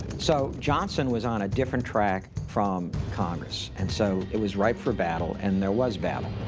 so johnson was on a different track from congress. and so it was rife for battle. and there was battle.